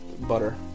butter